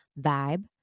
vibe